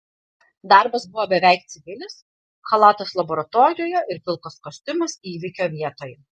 darbas buvo beveik civilis chalatas laboratorijoje ir pilkas kostiumas įvykio vietoje